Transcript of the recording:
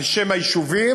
על שם היישובים,